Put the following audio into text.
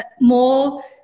more